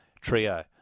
trio